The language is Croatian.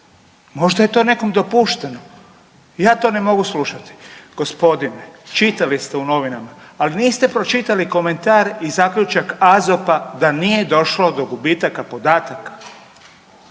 Možda je to nekom dopušteno, ja to ne mogu slušati. Gospodine, čitali ste u novinama, ali niste pročitali komentar i zaključak AZOP-a da nije došlo do gubitaka podataka.